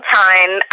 time